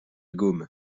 gaume